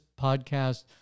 podcast